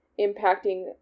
impacting